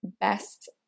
best